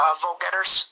vote-getters